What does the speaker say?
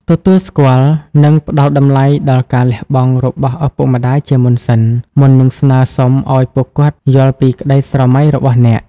ទទួលស្គាល់ និងផ្តល់តម្លៃដល់ការលះបង់របស់ឪពុកម្តាយជាមុនសិន មុននឹងស្នើសុំឱ្យពួកគាត់យល់ពីក្តីស្រមៃរបស់អ្នក។